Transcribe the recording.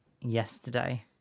yesterday